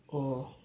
oh